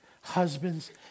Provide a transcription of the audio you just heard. Husbands